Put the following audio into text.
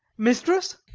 mistress?